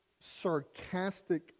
sarcastic